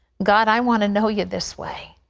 god, i want to know you this way.